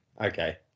Okay